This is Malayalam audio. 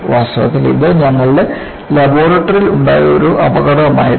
വാസ്തവത്തിൽ ഇത് ഞങ്ങളുടെ ലബോറട്ടറിയിൽ ഉണ്ടായ ഒരു അപകടമായിരുന്നു